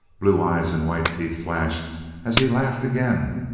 blue eyes and white teeth flashed as he laughed again.